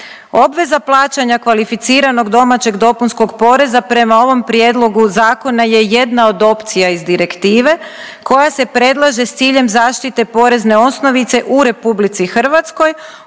Obveza plaćanja kvalificiranog domaćeg dopunskog poreza, prema ovom Prijedlogu zakona je jedna od opcija iz direktive koja se predlaže s ciljem zaštite porezne osnovice u RH odnosno